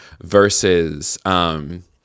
versus